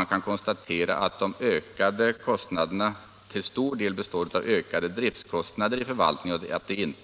Vi kan konstatera att de ökade kostnaderna till stor del består av ökade driftkostnader i fastighetsförvaltningen.